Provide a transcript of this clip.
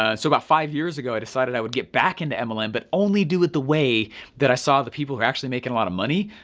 ah so about five years ago i decided i would get back into mlm but only do it the way that i saw the people that are actually making a lot of money,